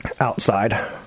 outside